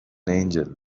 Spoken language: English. angel